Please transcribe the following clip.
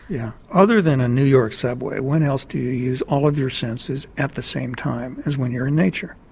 yeah other than a new york subway, when else do you use all of your senses at the same time as when you're in nature?